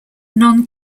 non